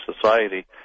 society